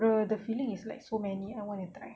bro the filling is like so many I want to die